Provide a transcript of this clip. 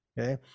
okay